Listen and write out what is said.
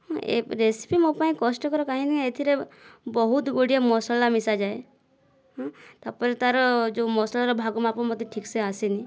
ହଁ ଏ ରେସିପି ମୋ ପାଇଁ କଷ୍ଟକର କାହିଁକିନା ଏଥିରେ ବହୁତ ଗୁଡ଼ିଏ ମସଲା ମିଶାଯାଏ ହଁ ତା ପରେ ତା'ର ଯେଉଁ ମସଲାର ଭାଗ ମାପ ମୋତେ ଠିକ୍ ସେ ଆସେନି